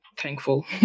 thankful